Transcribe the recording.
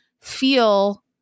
feel